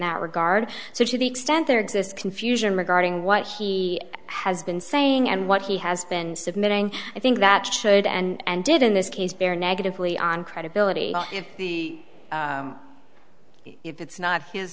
that regard so to the extent there exists confusion regarding what he has been saying and what he has been submitting i think that should and did in this case bear negatively on credibility if the if it's not his